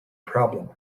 problem